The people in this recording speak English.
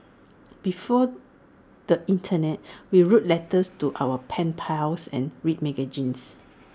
before the Internet we wrote letters to our pen pals and read magazines